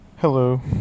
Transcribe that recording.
Hello